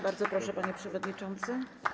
Bardzo proszę, panie przewodniczący.